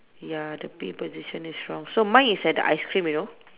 ya the bee position is wrong so mine is at the ice cream you know